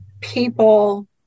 people